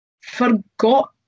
forgot